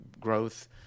growth